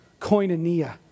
koinonia